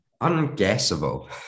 Unguessable